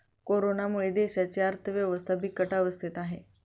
कोरोनामुळे देशाची अर्थव्यवस्था बिकट अवस्थेत आहे